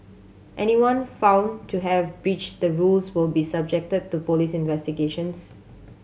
anyone found to have breached the rules will be subjected to police investigations